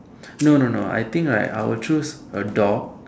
no no no I think right I will choose a dog